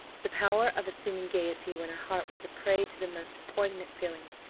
the power of assuming gaiety when her heart was a prey to the most poignant feelings,